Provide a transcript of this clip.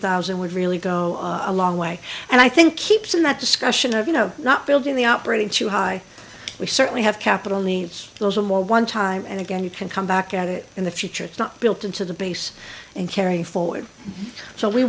thousand would really go a long way and i think keeps in that discussion of you know not building the operating too high we certainly have capital needs those are more one time and again you can come back at it in the future it's not built into the base and carrying